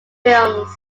films